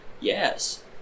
yes